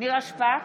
נירה שפק,